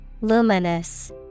Luminous